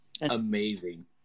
amazing